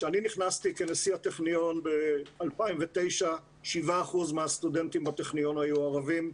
כשאני נכנסתי כנשיא הטכניון ב-2009 7% מהסטודנטים בטכניון היו ערבים,